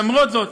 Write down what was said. למרות זאת,